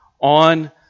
on